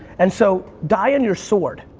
and so die on your sword.